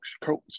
coach